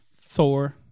thor